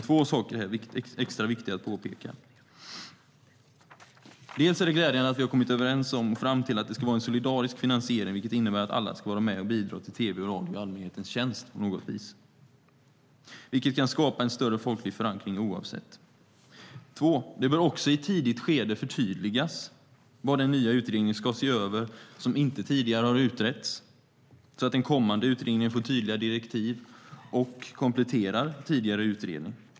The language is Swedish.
Två saker är här viktiga att påpeka: Det första är att det är glädjande att vi kommit fram till att det ska vara en solidarisk finansiering, vilket innebär att alla ska vara med och bidra till tv och radio i allmänhetens tjänst, vilket kan skapa en större folklig förankring. Det andra är att det bör också i ett tidigt skede förtydligas vad den nya utredningen ska se över som inte tidigare utretts, så att den kommande utredningen får tydliga direktiv och kompletterar tidigare utredning.